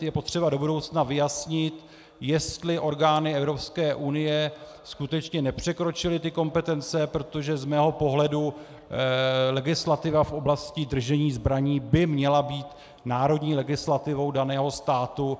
Je potřeba do budoucna vyjasnit, jestli orgány Evropské unie skutečně nepřekročily kompetence, protože z mého pohledu legislativa v oblasti držení zbraní by měla být národní legislativou daného státu.